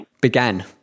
began